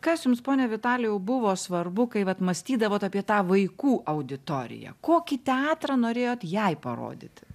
kas jums pone vitalijau buvo svarbu kai vat mąstydavot apie tą vaikų auditoriją kokį teatrą norėjot jai parodyti